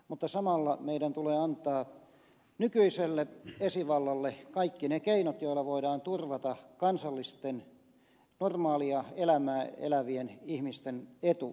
mutta samalla meidän tulee antaa nykyiselle esivallalle kaikki ne keinot joilla voidaan turvata kansalaisten normaalia elämää elävien ihmisten etu ja turva